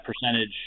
percentage